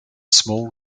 small